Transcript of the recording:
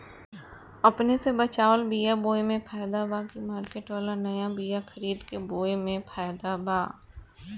अपने से बचवाल बीया बोये मे फायदा बा की मार्केट वाला नया बीया खरीद के बोये मे फायदा बा?